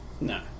No